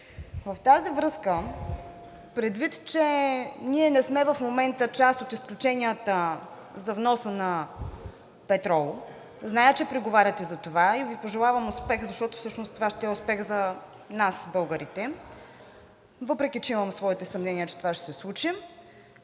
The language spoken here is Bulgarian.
В тази връзка, предвид, че в момента ние не сме част от изключенията за вноса на петрол – зная, че преговаряте за това и Ви пожелавам успех, защото всъщност това ще е успех за нас българите, въпреки че имам своите съмнения, че това ще се случи,